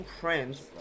friends